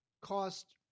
cost